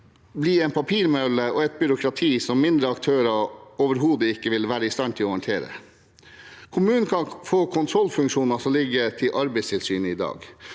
bli en papirmølle og et byråkrati som mindre aktører overhodet ikke vil være i stand til å håndtere. Kommunene kan få kontrollfunksjoner som ligger til Arbeidstilsynet i dag.